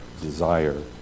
desire